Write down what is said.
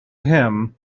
him